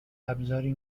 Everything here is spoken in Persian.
ابزاری